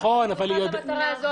במיוחד למטרה הזאת.